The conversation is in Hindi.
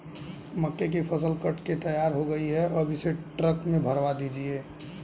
मक्के की फसल कट के तैयार हो गई है अब इसे ट्रक में भरवा दीजिए